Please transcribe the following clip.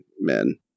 men